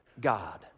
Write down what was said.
God